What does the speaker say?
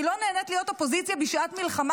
אני לא נהנית להיות אופוזיציה בשעת מלחמה,